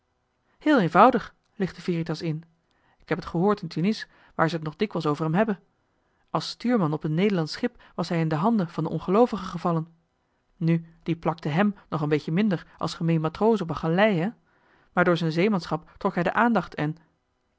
heel eenvoudig lichtte veritas in k heb het gehoord in tunis waar ze het nog dikwijls over hem hebben als stuurman op een nederlandsch schip was hij in de handen van de ongeloovigen gevallen nu die plakten hem nog een beetje minder als gemeen matroos op een galei hè maar door z'n zeemansschap trok hij de aandacht en